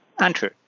Andrew